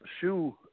shoe